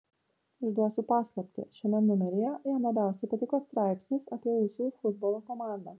išduosiu paslaptį šiame numeryje jam labiausiai patiko straipsnis apie usų futbolo komandą